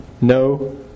no